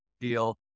deal